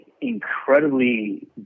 incredibly